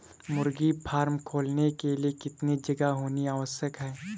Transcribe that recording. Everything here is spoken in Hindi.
मुर्गी फार्म खोलने के लिए कितनी जगह होनी आवश्यक है?